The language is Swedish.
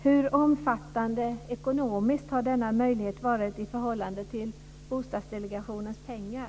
Hur ekonomiskt omfattande har denna möjlighet varit i förhållande till Bostadsdelegationens pengar?